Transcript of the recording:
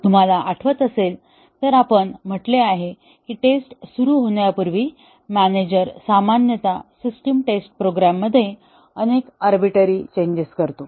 तुम्हाला आठवत असेल तर आपण म्हटले आहे की टेस्ट सुरू होण्यापूर्वी मॅनेजर सामान्यत सिस्टम टेस्ट प्रोग्राममध्ये अनेक आर्बिट्ररी चेंजेस करतो